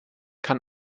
kann